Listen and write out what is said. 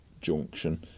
Junction